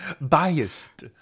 biased